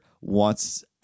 wants